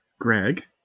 Greg